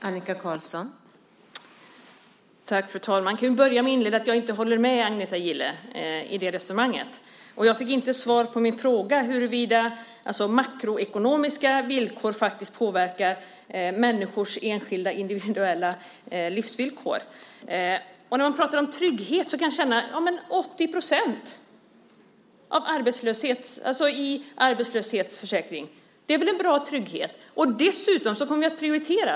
Fru talman! Jag kan inleda med att säga att jag inte håller med Agneta Gille i det resonemanget. Och jag fick inte svar på min fråga, huruvida makroekonomiska villkor faktiskt påverkar människors individuella livsvillkor. När man pratar om trygghet kan jag känna att 80 % i arbetslöshetsförsäkring väl är en bra trygghet. Dessutom kommer vi att prioritera.